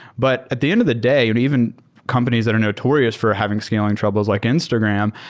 but at the end of the day, and even companies that are notorious for having scaling troubles like instagram,